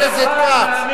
חבר הכנסת כץ.